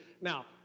Now